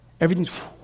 Everything's